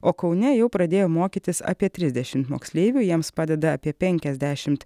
o kaune jau pradėjo mokytis apie trisdešimt moksleivių jiems padeda apie penkiasdešimt